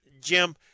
Jim